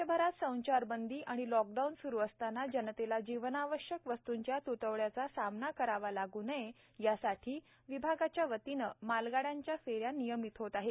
देशभरात संचारबंदी आणि लॉकडाऊन स्रु असताना जनतेला जीवनावश्यक वस्तुंच्या तुटवड्याचा सामना करावा लागू नये यासाठी विभागाच्या वतीनं मालगाड्यांच्या फेऱ्या नियमित होत आहेत